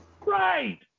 Right